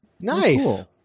Nice